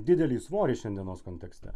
didelį svorį šiandienos kontekste